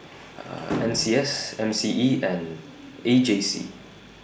N C S M C E and A J C